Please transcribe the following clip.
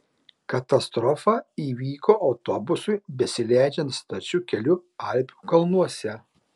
katastrofa įvyko autobusui besileidžiant stačiu keliu alpių kalnuose